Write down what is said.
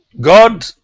God